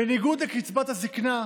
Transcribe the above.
בניגוד לקצבת הזקנה,